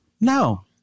no